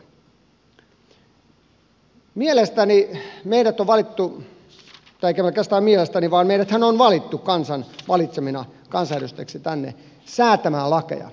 mielestäni meidät on valittu tai ei oikeastaan mielestäni vaan meidäthän on valittu kansan valitsemina kansanedustajiksi tänne säätämään lakeja